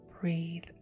breathe